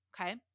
Okay